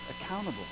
accountable